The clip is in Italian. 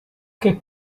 che